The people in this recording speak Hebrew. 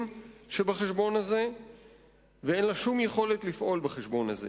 שבחשבון הזה ואין לה שום יכולת לפעול בו.